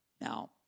Now